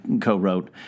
co-wrote